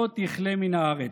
לא תכלה מן הארץ.